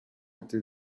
été